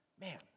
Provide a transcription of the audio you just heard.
Man